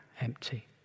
empty